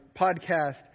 podcast